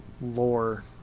lore